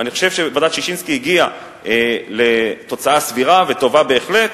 אני חושב שוועדת-ששינסקי הגיעה לתוצאה סבירה וטובה בהחלט.